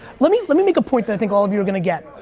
let me let me make a point that i think all of you are gonna get.